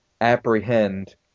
apprehend